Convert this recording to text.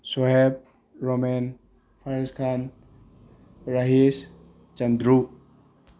Sohep Romen Waris Khan Rahis Chandru